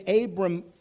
Abram